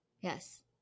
yes